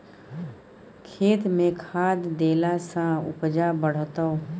खेतमे खाद देलासँ उपजा बढ़तौ